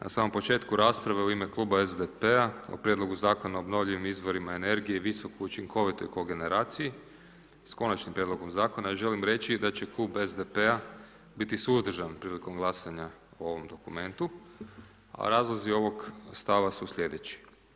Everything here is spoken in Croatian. Na samom početku rasprave u ime Kluba SDP-a o Prijedlogu zakona o obnovljivim izvorima energije i visoko učinkovitoj kogeneraciji s Konačnim prijedlogom zakona, želim reći da će Klub SDP-a biti suzdržan prilikom glasanja o ovom dokumentu, a razlozi ovog stava su slijedeći.